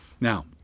Now